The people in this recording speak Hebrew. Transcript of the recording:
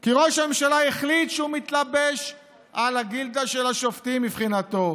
כי ראש הממשלה החליט שהוא מתלבש על הגילדה של השופטים מבחינתו,